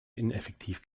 ineffektiv